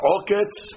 Orchids